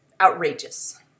outrageous